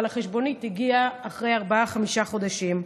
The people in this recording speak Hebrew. אבל החשבונית הגיעה אחרי ארבעה-חמישה חודשים.